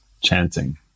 chanting